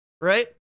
right